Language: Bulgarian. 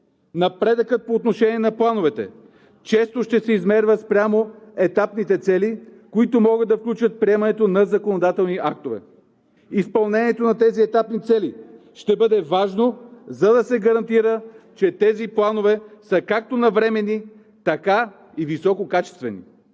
Напредъкът по отношение на плановете често ще се измерва спрямо етапните цели, които могат да включват приемането на законодателни актове. Изпълнението на тези етапни цели ще бъде важно, за да се гарантира, че тези планове са както навременни, така и висококачествени.